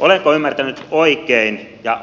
olenko ymmärtänyt oikein ja